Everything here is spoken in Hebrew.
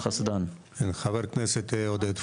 חבר כנסת עודד פורר,